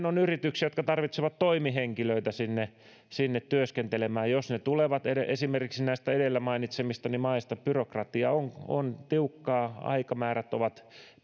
on yrityksiä jotka tarvitsevat toimihenkilöitä työskentelemään jos ne tulevat esimerkiksi näistä edellä mainitsemistani maista byrokratia on on tiukkaa aikamäärät ovat